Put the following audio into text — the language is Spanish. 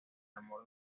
amor